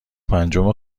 پنجم